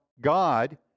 God